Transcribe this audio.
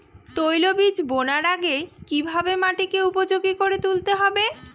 তৈলবীজ বোনার আগে কিভাবে মাটিকে উপযোগী করে তুলতে হবে?